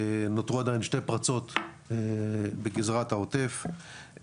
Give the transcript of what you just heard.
נותרו עדיין 2 פרצות בגזרת העוטף,